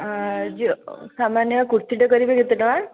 ଆ ଯ ସାମାନ୍ୟ କୁର୍ତ୍ତୀଟେ କରିବେ କେତେଟଙ୍କା